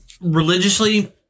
religiously